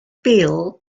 bil